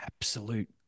absolute